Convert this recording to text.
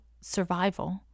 survival